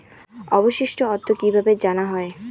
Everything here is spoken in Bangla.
অবশিষ্ট অর্থ কিভাবে জানা হয়?